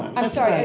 and sorry.